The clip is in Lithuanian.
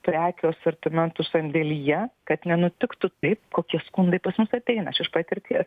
prekių asortimentu sandėlyje kad nenutiktų taip kokie skundai pas mus ateina aš iš patirties